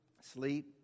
sleep